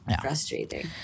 frustrating